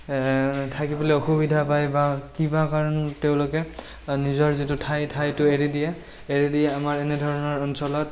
থাকিবলৈ অসুবিধা পায় বা কিবা কাৰণত তেওঁলোকে নিজৰ যিটো ঠাই ঠাইটো এৰি দিয়ে এৰি দি আমাৰ এনেধৰণৰ অঞ্চলত